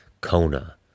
Kona